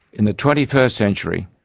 in the twenty first century,